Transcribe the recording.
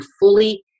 fully